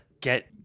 get